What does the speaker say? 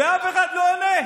ואף אחד לא עונה.